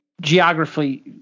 geographically